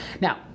Now